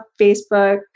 Facebook